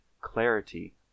clarity